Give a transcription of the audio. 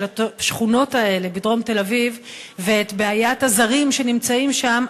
השכונות האלה בדרום תל-אביב ואת בעיית הזרים שנמצאים שם,